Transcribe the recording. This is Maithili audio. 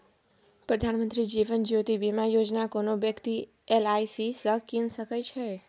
प्रधानमंत्री जीबन ज्योती बीमा योजना कोनो बेकती एल.आइ.सी सँ कीन सकै छै